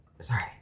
sorry